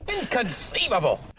Inconceivable